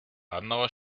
adenauer